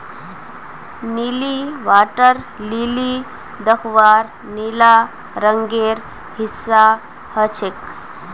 नीली water lily दख्वार नीला रंगेर हिस्सा ह छेक